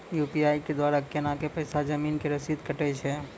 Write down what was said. UPI के द्वारा केना कऽ पैसा जमीन के रसीद कटैय छै?